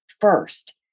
first